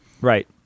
Right